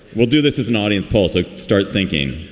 we'll do this as an audience paul so start thinking